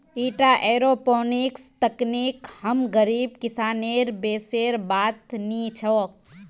ईटा एयरोपोनिक्स तकनीक हम गरीब किसानेर बसेर बात नी छोक